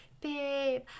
Babe